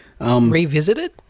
Revisited